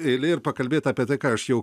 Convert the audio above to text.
eilė ir pakalbėt apie tai ką aš jau